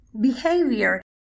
Behavior